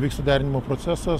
vyksta derinimo procesas